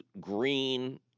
green